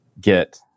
get